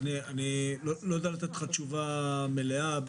אני לא יודע לתת לך תשובה מלאה,